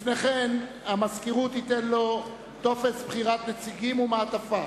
לפני כן המזכירות תיתן לו טופס בחירת נציגים ומעטפה.